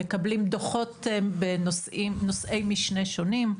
מקבלים דוחות בנושאי משנה שונים.